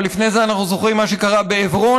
אבל לפני זה אנחנו זוכרים מה שקרה בעברונה,